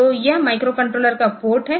तो यह microcontroller का पोर्ट है